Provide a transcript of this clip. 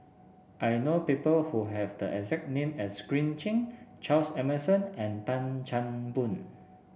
I know people who have the exact name as Green Zeng Charles Emmerson and Tan Chan Boon